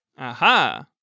Aha